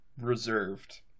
reserved